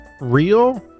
real